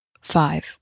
five